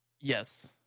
Yes